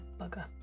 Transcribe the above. bugger